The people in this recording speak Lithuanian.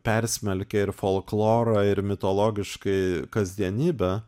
persmelkę ir folklorą ir mitologiškai kasdienybę